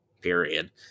Period